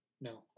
No